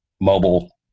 mobile